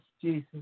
Jesus